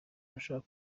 n’ushaka